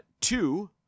Two